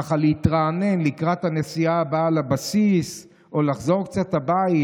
ככה להתרענן לקראת הנסיעה הבאה לבסיס או לחזור קצת לבית,